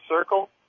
Circle